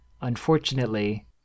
unfortunately